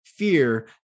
fear